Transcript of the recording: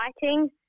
fighting